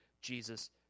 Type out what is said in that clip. Jesus